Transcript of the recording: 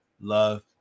love